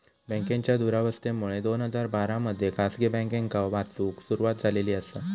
बँकांच्या दुरावस्थेमुळे दोन हजार बारा मध्ये खासगी बँकांका वाचवूक सुरवात झालेली आसा